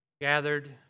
Gathered